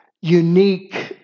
unique